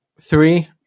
Three